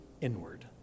inward